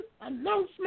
announcement